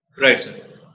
Right